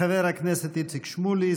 חבר הכנסת איציק שמולי,